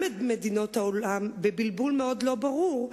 את מדינות העולם בבלבול מאוד לא ברור,